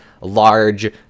large